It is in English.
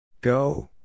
Go